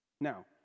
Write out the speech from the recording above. Now